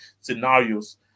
scenarios